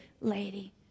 lady